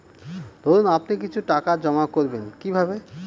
ধরুন আপনি কিছু টাকা জমা করবেন কিভাবে?